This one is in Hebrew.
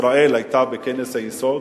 ישראל היתה בכנס היסוד,